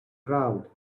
crowd